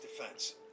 Defense